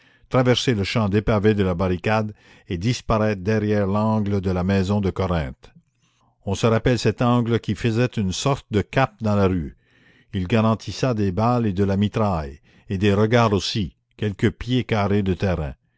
traverser le champ dépavé de la barricade et disparaître derrière l'angle de la maison de corinthe on se rappelle cet angle qui faisait une sorte de cap dans la rue il garantissait des balles et de la mitraille et des regards aussi quelques pieds carrés de terrain